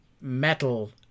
metal